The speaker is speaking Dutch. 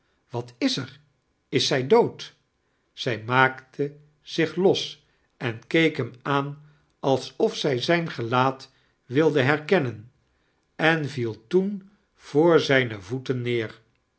wat is er is zij dood zij maakte zioh los en keek hem aan alsof zij zijn gelaat wilde herkennen en viel toen voor zijne voeten neer